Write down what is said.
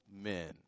men